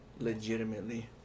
Legitimately